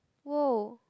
!woah!